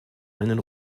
einen